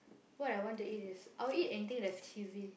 what I want to eat is I will eat anything that's cheesy